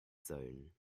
zone